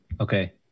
Okay